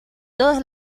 todas